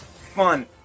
fun